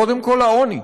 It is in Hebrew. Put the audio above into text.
קודם כול, העוני.